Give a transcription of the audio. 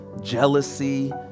jealousy